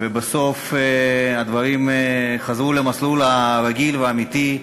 ובסוף הדברים חזרו למסלול הרגיל והאמיתי.